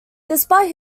despite